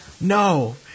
No